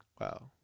Wow